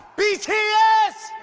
bts!